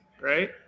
Right